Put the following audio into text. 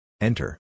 Enter